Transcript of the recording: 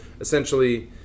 essentially